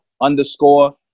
underscore